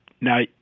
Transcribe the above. now